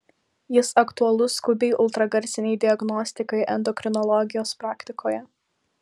jis aktualus skubiai ultragarsinei diagnostikai endokrinologijos praktikoje